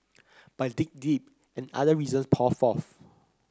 but dig deep and other reasons pour forth